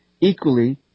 equally